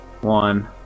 One